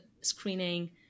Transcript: screening